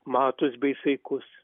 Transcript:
matus bei saikus